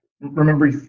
remember